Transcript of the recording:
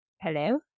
hello